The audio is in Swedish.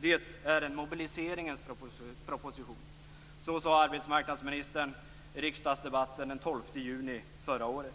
Det är en mobiliseringens proposition -." Så sade arbetsmarknadsministern i riksdagsdebatten den 12 juli förra året.